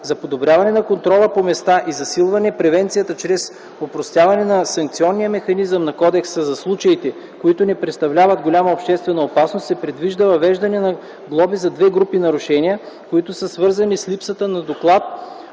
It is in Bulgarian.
За подобряване на контрола по места и засилване превенцията чрез опростяването на санкционния механизъм на кодекса за случаите, които не представляват голяма обществена опасност, се предвижда въвеждането на глоби за две групи нарушения, които са свързани с липсата на доклад